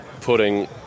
putting